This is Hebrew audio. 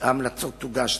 ההמלצות תוגשנה,